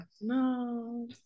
No